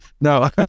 No